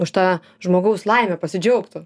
už tą žmogaus laime pasidžiaugtų